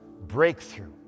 breakthrough